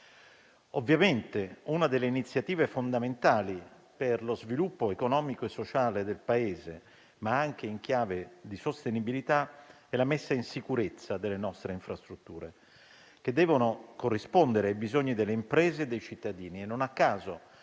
Ovviamente, una delle iniziative fondamentali per lo sviluppo economico e sociale del Paese, ma anche in chiave di sostenibilità, è la messa in sicurezza delle nostre infrastrutture, che devono corrispondere ai bisogni delle imprese e dei cittadini.